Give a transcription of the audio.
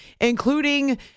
including